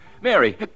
Mary